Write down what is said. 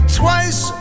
twice